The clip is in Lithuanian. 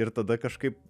ir tada kažkaip